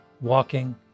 walking